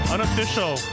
Unofficial